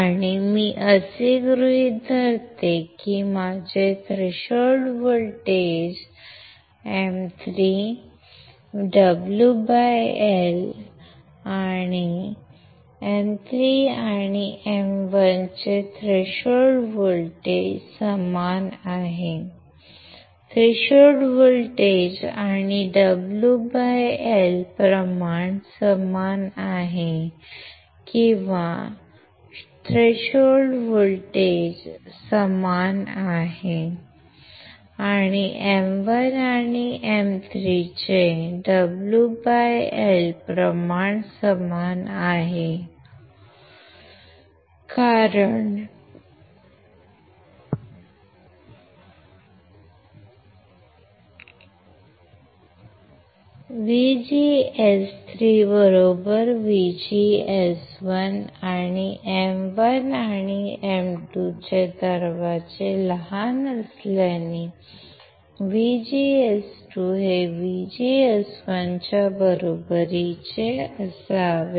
आणि मी असे गृहीत धरतो की माझे थ्रेशोल्ड व्होल्टेज M3 WL आणि M3 आणि M1 चे थ्रेशोल्ड व्होल्टेज समान आहे थ्रेशोल्ड व्होल्टेज आणि WL प्रमाण समान आहे किंवा थ्रेशोल्ड व्होल्टेज समान आहे आणि M1 आणि M3 चे WL प्रमाण समान आहे कारण VGS3VGS1 आणि M1 आणि M2 चे दरवाजे लहान असल्याने VGS2 हे VGS1 च्या बरोबरीचे असावे